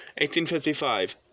1855